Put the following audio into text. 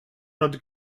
not